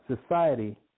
society